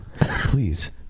Please